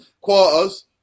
quarters